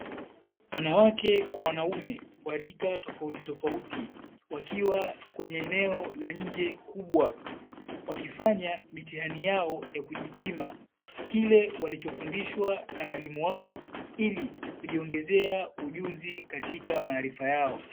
Wanawake kwa wanaume wa rika tofautitofauti wakiwa kwenye eneo la nje kubwa, wakifanya mitihani yao ya kujipima kile walichofundishwa na walimu wao ili kujiongezea ujuzi katika maarifa yao.